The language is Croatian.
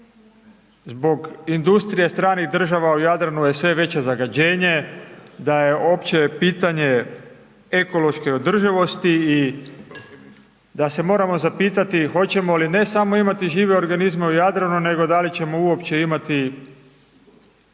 zbog industrije stranih država u Jadranu je sve veće zagađenje, da je uopće pitanje ekološke održivosti i da se moramo zapitati hoćemo li ne samo imati žive organizme u Jadranu nego da li ćemo uopće imati